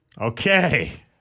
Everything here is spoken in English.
Okay